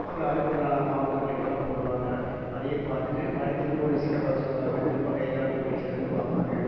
அப்பறம் அதுக்குண்டான மாவு கட்டுகள்லாம் போடுவாங்கள் அதையும் பார்த்துட்டு மறுபடி திரும்ப ஒரு விசிக்கா வர சொல்லுவாங்கள் திரும்ப கை கால் கூடிருச்சா என்னனு பார்ப்பாங்க